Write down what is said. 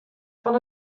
fan